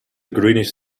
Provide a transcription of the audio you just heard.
greenish